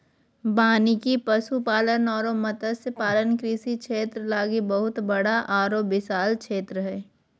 वानिकी, पशुपालन अरो मत्स्य पालन कृषि क्षेत्र लागी बहुत बड़ा आरो विशाल क्षेत्र हइ